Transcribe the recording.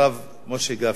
הרב משה גפני.